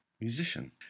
musician